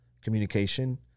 Communication